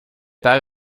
par